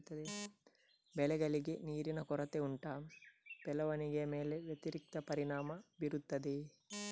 ಬೆಳೆಗಳಿಗೆ ನೀರಿನ ಕೊರತೆ ಉಂಟಾ ಬೆಳವಣಿಗೆಯ ಮೇಲೆ ವ್ಯತಿರಿಕ್ತ ಪರಿಣಾಮಬೀರುತ್ತದೆಯೇ?